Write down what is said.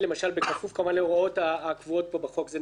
"בכפוף להוראות הקבועות בחוק" זו נקודה אחת.